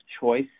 choice